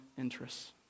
interests